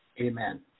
Amen